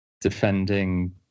defending